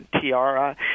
tiara